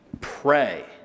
pray